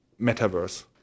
metaverse